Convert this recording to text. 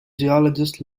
geologist